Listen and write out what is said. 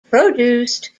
produced